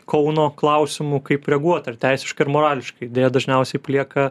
kauno klausimu kaip reaguot ar teisiškai ar morališkai deja dažniausiai plieka